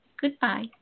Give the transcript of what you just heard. goodbye